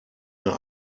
mehr